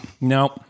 no